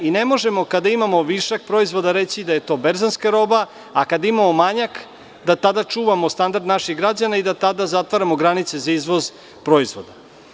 Ne možemo kada imamo višak proizvoda reći da je to berzanska roba, a kada imamo manjak, da tada čuvamo standard naših građana i da tada zatvaramo granice za izvoz proizvoda.